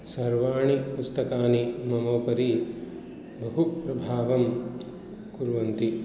सर्वाणि पुस्तकानि मम उपरि बहु प्रभावं कुर्वन्ति